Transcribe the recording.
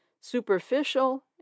superficial